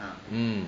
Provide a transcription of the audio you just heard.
mm